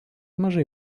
mažai